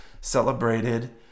celebrated